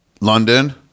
London